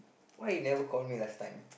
why they never call me last time